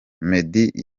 meddy